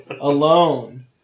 alone